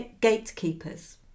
gatekeepers